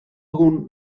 egun